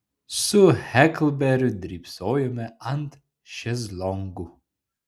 su heklberiu drybsojome ant šezlongų